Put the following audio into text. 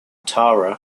tara